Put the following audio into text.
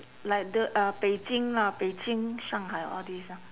like the uh beijing lah beijing shanghai all this ah